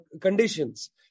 conditions